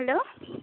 hello